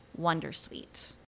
Wondersuite